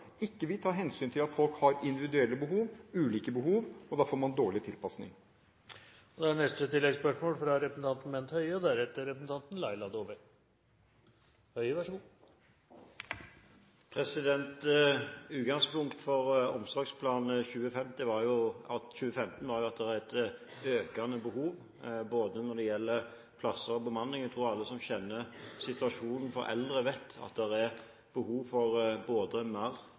ikke vil ta hensyn til at folk har individuelle og ulike behov, og da får man dårlig tilpassing. Bent Høie – til oppfølgingsspørsmål. Utgangspunktet for Omsorgsplan 2015 var et økende behov for både plasser og bemanning. Jeg tror alle som kjenner situasjonen for eldre, vet at det er behov for både mer